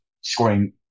scoring